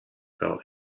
belt